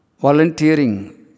Volunteering